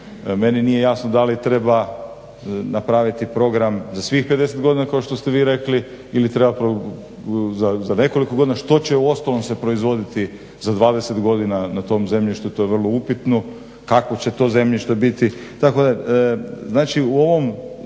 Meni nije jasno da li treba napraviti program za svih 50 godina kao što ste vi rekli ili treba za nekoliko godina, što će uostalom se proizvoditi za 20 godina na tom zemljištu to je vrlo upitno, kako će to zemljište biti